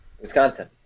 Wisconsin